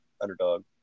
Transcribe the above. underdog